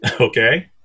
Okay